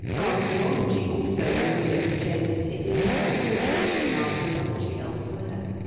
our theology also in the women's chambers is entirely different from our theology elsewhere.